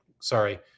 sorry